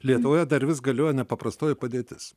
lietuvoje dar vis galioja nepaprastoji padėtis